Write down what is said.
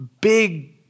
big